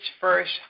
first